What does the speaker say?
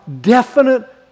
definite